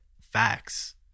facts